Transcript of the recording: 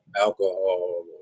alcohol